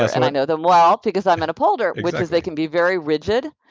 and i know them well because i'm an upholder, which is they can be very rigid.